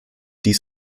dies